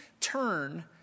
turn